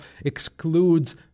excludes